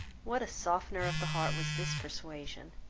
what a softener of the heart was this persuasion!